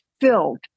filled